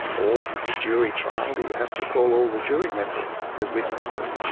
or, if it's a jury trial, do you have to call all the jury members as witnesses?